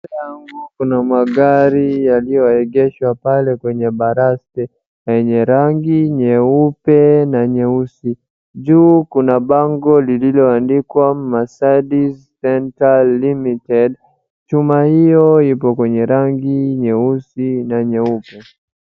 Mbele yangu kuna magari yaliyo egeshwa pale kwenye baraste yenye rangi nyeupe na nyeusi, juu kuna bango lililoandikwa Mercedes Center Ltd,chuma hiyo iko kwenye rangi nyeusi na nyeupe.